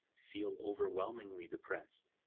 feel overwhelmingly depressed,